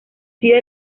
sido